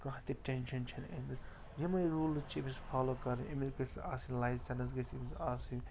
کانٛہہ تہِ ٹٮ۪نشَن چھَنہٕ أمِس یِمَے روٗلٕز چھِ أمِس فالو کَرٕنۍ أمِس گَژھِ آسٕنۍ لایسٮ۪نٕس گَژھِ أمِس آسٕنۍ